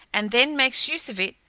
and then makes use of it,